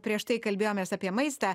prieš tai kalbėjomės apie maistą